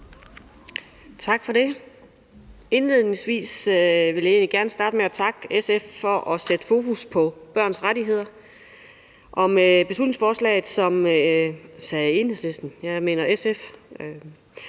Tak for det. Indledningsvis vil jeg egentlig gerne starte med at takke SF for at sætte fokus på børns rettigheder. Og med beslutningsforslaget, som vi behandler her i